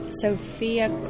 Sophia